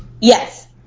Yes